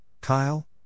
Kyle